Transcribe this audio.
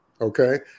Okay